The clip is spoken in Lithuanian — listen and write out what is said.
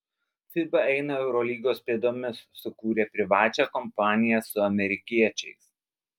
fiba eina eurolygos pėdomis sukūrė privačią kompaniją su amerikiečiais